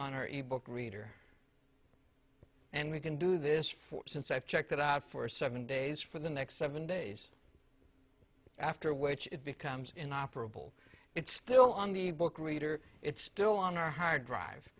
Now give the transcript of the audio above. ebook reader and we can do this for since i've checked it out for seven days for the next seven days after which it becomes inoperable it's still on the book reader it's still on our hard drive